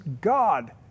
God